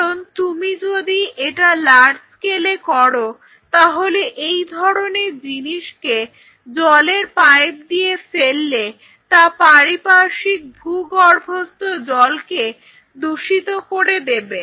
কারণ তুমি যদি এটা লার্জ স্কেলে করো তাহলে এই ধরণের জিনিসকে জলের পাইপ দিয়ে ফেললে তা পারিপার্শ্বিক ভূগর্ভস্থ জলকে দূষিত করে দেবে